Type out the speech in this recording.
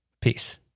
peace